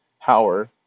power